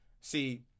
See